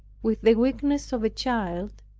with the weakness of a child,